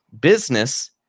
Business